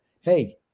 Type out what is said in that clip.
hey